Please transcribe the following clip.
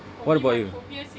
what about you